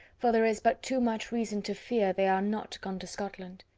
for there is but too much reason to fear they are not gone to scotland.